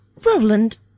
Roland